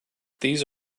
these